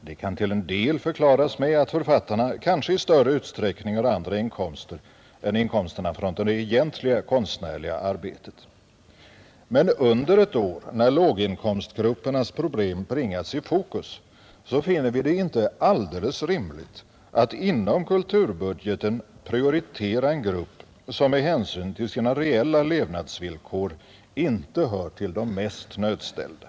Det kan till en del förklaras med att författarna kanske i större utsträckning har andra inkomster än inkomsterna från det egentliga konstnärliga arbetet. Men under ett år, när låginkomstgruppernas problem bringats i fokus, finner vi det inte alldeles rimligt att inom kulturbudgeten prioritera en grupp, som med hänsyn till sina reella levnadsvillkor inte hör till de mest nödställda.